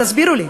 תסבירו לי,